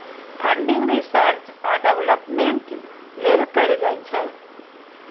funding research आ development लेल कएल जाइ छै